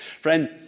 Friend